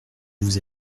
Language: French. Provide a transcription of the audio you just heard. vous